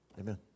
Amen